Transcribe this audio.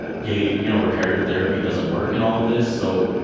gay you know reparative therapy doesn't work and all this. so